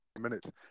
minutes